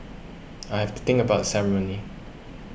I have to think about the ceremony